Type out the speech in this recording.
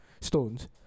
Stones